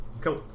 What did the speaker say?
Cool